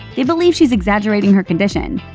they believe she's exaggerating her condition.